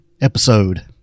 episode